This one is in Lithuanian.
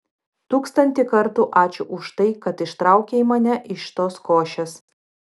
tūkstantį kartų ačiū už tai kad ištraukei mane iš tos košės